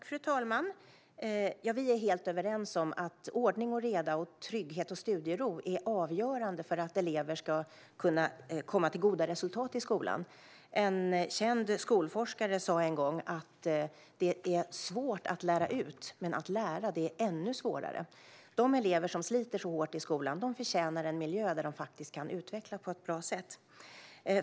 Fru talman! Jag och Maria Stockhaus är helt överens om att ordning och reda och trygghet och studiero är avgörande för att elever ska kunna nå goda resultat i skolan. En känd skolforskare sa en gång att det är svårt att lära ut men att lära är ännu svårare. De elever som sliter hårt i skolan förtjänar en miljö där de kan utvecklas på ett bra sätt.